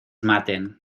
maten